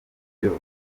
byose